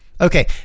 Okay